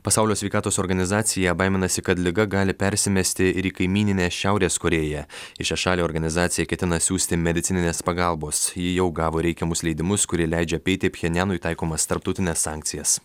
pasaulio sveikatos organizacija baiminasi kad liga gali persimesti ir į kaimyninę šiaurės korėją į šią šalį organizacija ketina siųsti medicininės pagalbos ji jau gavo reikiamus leidimus kurie leidžia apeiti pchenjanui taikomas tarptautines sankcijas